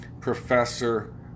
professor